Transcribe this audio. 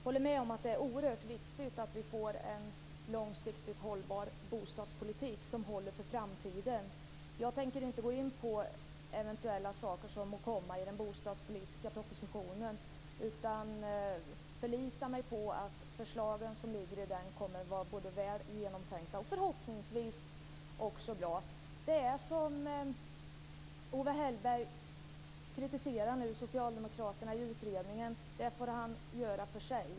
Herr talman! Jag håller med om att det är oerhört viktigt att vi får en långsiktigt hållbar bostadspolitik som håller för framtiden. Jag tänker inte gå in på vad som eventuellt kommer i den bostadspolitiska propositionen utan förlitar mig på att förslagen i den kommer att vara väl genomtänkta och förhoppningsvis också bra. Owe Hellberg kritiserar nu socialdemokraterna i utredningen. Det får han göra för sig.